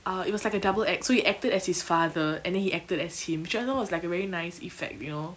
uh it was like a double act so he acted as his father and then he acted as him which I know was like a very nice effect you know